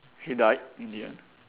he died in the end